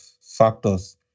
factors